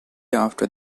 after